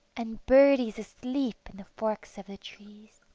and birdies asleep in the forks of the trees.